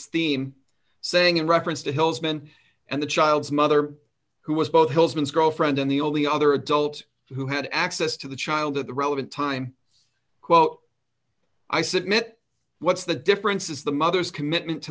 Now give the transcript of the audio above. theme saying in reference to hill's men and the child's mother who was both hill's ms girlfriend and the only other adult who had access to the child at the relevant time quote i submit what's the difference is the mother's commitment to